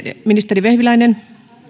ministeri